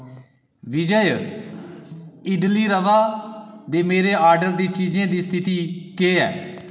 विजय इडली रवा दे मेरे आर्डर दी चीजें दी स्थिति केह् ऐ